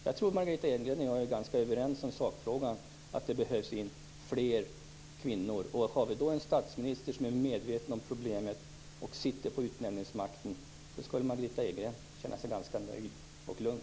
Jag tror att Margitta Edgren och jag är ganska överens i sakfrågan, att vi behöver få in fler kvinnor. När vi nu har en statsminister som är medveten om problemet och besitter utnämningsmakten, kan Margitta Edgren känna sig ganska nöjd och lugn.